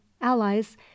allies